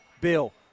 Bill